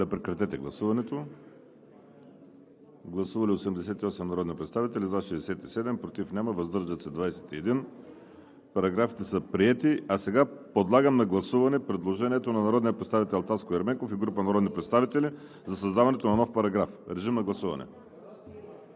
предложението на народния представител Таско Ерменков и група народни представители за създаване на нов параграф. Гласували